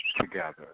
together